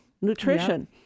nutrition